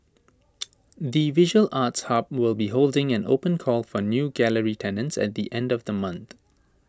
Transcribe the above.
the visual arts hub will be holding an open call for new gallery tenants at the end of the month